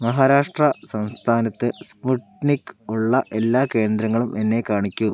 മഹാരാഷ്ട്ര സംസ്ഥാനത്ത് സ്പുട്നിക് ഉള്ള എല്ലാ കേന്ദ്രങ്ങളും എന്നെ കാണിക്കൂ